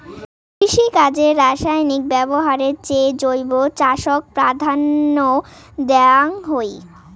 কৃষিকাজে রাসায়নিক ব্যবহারের চেয়ে জৈব চাষক প্রাধান্য দেওয়াং হই